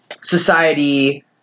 society